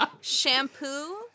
Shampoo